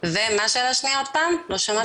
ומה השאלה השנייה עוד פעם, לא שמעתי.